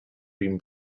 been